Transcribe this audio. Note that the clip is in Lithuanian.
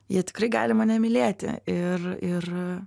jie tikrai gali mane mylėti ir ir